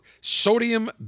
sodium